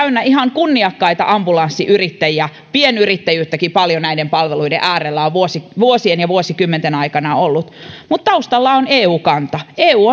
täynnä ihan kunniakkaita ambulanssiyrittäjiä pienyrittäjyyttäkin on paljon näiden palveluiden äärellä vuosien ja vuosikymmenten aikana ollut mutta taustalla on eu kanta eu